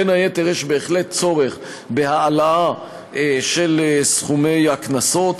בין היתר, יש בהחלט צורך בהעלאה של סכומי הקנסות.